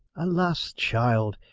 alas! child,